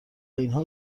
اینها